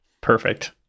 perfect